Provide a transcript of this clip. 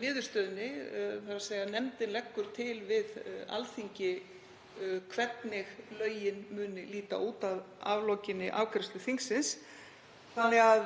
niðurstöðunni, þ.e. nefndin leggur til við Alþingi hvernig lögin muni líta út að aflokinni afgreiðslu þingsins. Þannig að